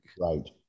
right